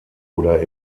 oder